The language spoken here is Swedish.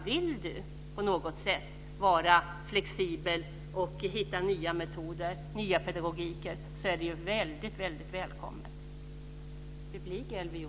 Vill man på något sätt vara flexibel och hitta nya metoder och nya pedagogiker är det väldigt välkommet.